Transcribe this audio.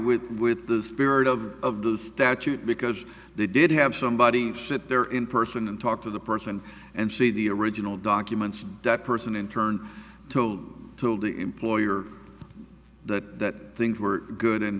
with with the spirit of of the statute because they did have somebody sit there in person and talk to the person and see the original document that person in turn tome told the employer that things were good and